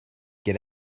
get